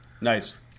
Nice